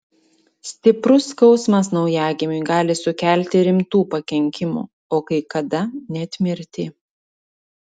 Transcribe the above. stiprus skausmas naujagimiui gali sukelti rimtų pakenkimų o kai kada net mirtį